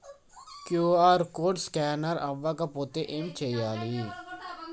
QR code scanner అవ్వకపోతే ఏం చేయాలి?